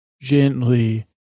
gently